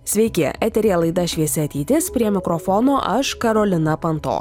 sveiki eteryje laida šviesi ateitis prie mikrofono aš karolina panto